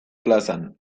plazan